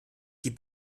die